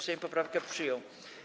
Sejm poprawkę przyjął.